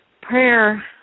prayer